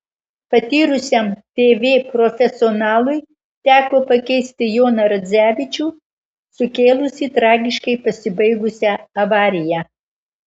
patyrusiam tv profesionalui teko pakeisti joną radzevičių sukėlusį tragiškai pasibaigusią avariją